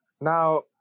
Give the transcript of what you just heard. Now